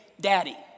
Daddy